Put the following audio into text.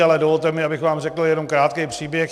Ale dovolte mi, abych vám řekl jenom krátký příběh.